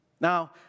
Now